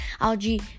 algae